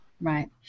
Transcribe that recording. Right